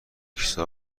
کیسه